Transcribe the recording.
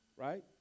right